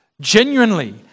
genuinely